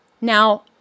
Now